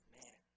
man